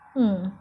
hmm